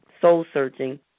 soul-searching